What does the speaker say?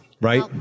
right